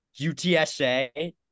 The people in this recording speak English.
UTSA